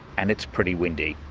and it's pretty windy.